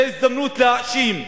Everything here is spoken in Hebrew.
זה הזדמנות להאשים,